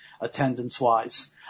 attendance-wise